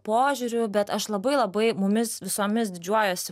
požiūrių bet aš labai labai mumis visomis didžiuojuosi